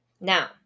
Now